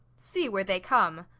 see, where they come!